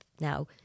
Now